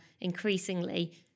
increasingly